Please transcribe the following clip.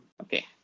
okay